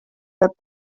peab